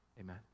amen